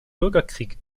bürgerkrieg